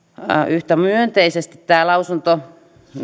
yhtä myönteisesti tämä lausunto